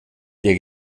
der